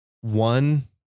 one